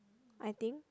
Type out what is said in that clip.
I think